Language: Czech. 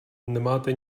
nemáte